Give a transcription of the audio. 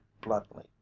bluntly